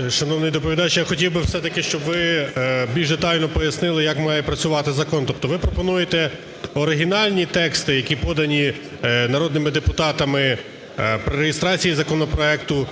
16:18:12 ЄДНАК О.В. Шановний доповідач, я хотів би все-таки, щоб ви більш детально пояснили, як має працювати закон. Тобто ви пропонуєте оригінальні тексти, які подані народними депутатами при реєстрації законопроекту,